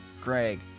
Greg